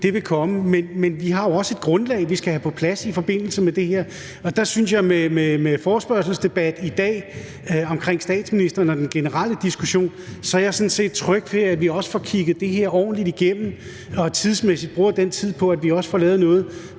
her, vil komme. Men vi har jo også et grundlag, vi skal have på plads i forbindelse med det her, og der er jeg med forespørgselsdebatten i dag omkring statsministeren og den generelle diskussion sådan set tryg ved, at vi også får kigget det her ordentligt igennem og tidsmæssigt bruger den tid på, at vi også får lavet noget,